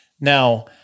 Now